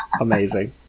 amazing